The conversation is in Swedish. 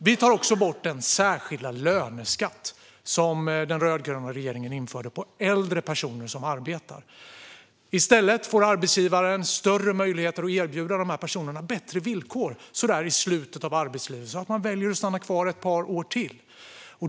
Vi tar också bort den särskilda löneskatt som den rödgröna regeringen införde på äldre personer som arbetar. I stället får arbetsgivaren större möjligheter att erbjuda dessa personer bättre villkor i slutet av arbetslivet så att de väljer att stanna kvar ett par år till.